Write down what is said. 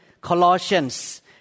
Colossians